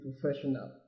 professional